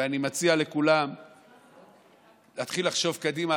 ואני מציע לכולם להתחיל לחשוב קדימה,